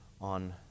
on